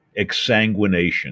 exsanguination